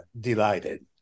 delighted